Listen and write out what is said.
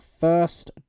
first